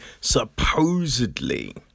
supposedly